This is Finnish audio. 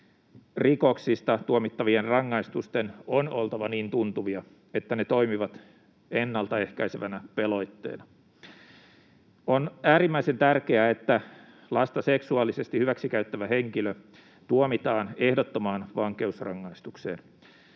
rikoksista tuomittavien rangaistusten on oltava niin tuntuvia, että ne toimivat ennaltaehkäisevänä pelotteena. On äärimmäisen tärkeää, että lasta seksuaalisesti hyväksikäyttävä henkilö tuomitaan ehdottomaan vankeusrangaistukseen.